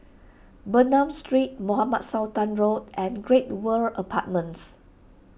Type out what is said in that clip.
Bernam Street Mohamed Sultan Road and Great World Apartments